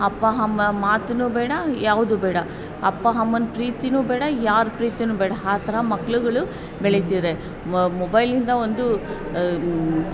ಅಪ್ಪ ಅಮ್ಮ ಮಾತೂ ಬೇಡ ಯಾವುದೂ ಬೇಡ ಅಪ್ಪ ಅಮ್ಮನ ಪ್ರೀತಿಯೂ ಬೇಡ ಯಾರ ಪ್ರೀತಿಯೂ ಬೇಡ ಆ ಥರ ಮಕ್ಳುಗಳು ಬೆಳೀತಿದ್ರೆ ಮೊಬೈಲಿಂದ ಒಂದೂ